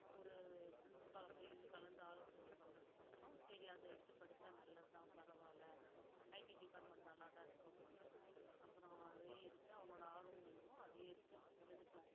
ஒரு பிரின்சிபாலை போய் கலந்து ஆலோசனை பண்ணிணதுக்கப்பறம் சரி அதை எடுத்து படித்தா நல்லது தான் பரவாயில்ல ஐடி டிபார்ட்மெண்ட் நல்லா தான் இருக்கும் அப்படின்னு சொன்னாங்க அப்புறோம் அதையே எடுத்து அவனோடய ஆர்வம் என்னவோ அதையே எடுத்து எடுத்தோம்